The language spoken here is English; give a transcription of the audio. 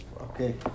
Okay